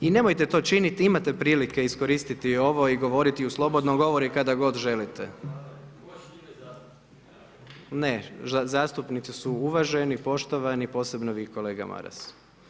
I nemojte to činiti, imate prilike iskoristiti ovo i govoriti i u slobodnom govoru i kada god želite. … [[Upadica se ne čuje.]] Ne, zastupnici su uvaženi, poštovani, posebno vi kolega Maras.